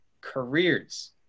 careers